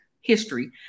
history